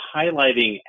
highlighting